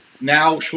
Now